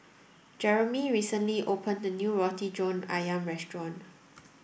Jeremey recently opened a new Roti John Ayam restaurant